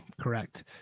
correct